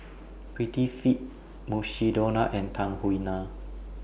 Prettyfit Mukshidonna and Tahuna